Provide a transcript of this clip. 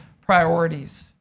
priorities